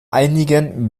einigen